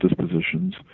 dispositions